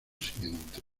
siguiente